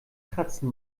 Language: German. kratzen